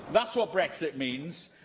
that's what brexit means.